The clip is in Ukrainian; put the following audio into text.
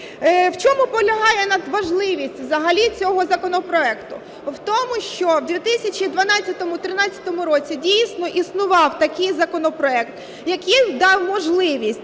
В чому полягає надважливість взагалі цього законопроекту? В тому, що в 2012-2013 роках дійсно існував такий законопроект, який дав можливість,